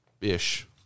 ish